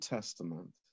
Testament